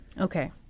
Okay